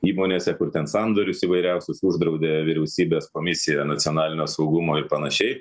įmonėse kur ten sandorius įvairiausius uždraudė vyriausybės komisija nacionalinio saugumo ir panašiai